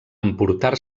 emportar